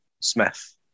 Smith